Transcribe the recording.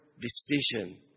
decision